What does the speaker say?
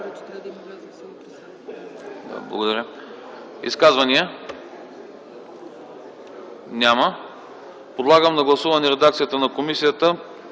Благодаря. Изказвания? Няма. Подлагам на гласуване редакцията на комисията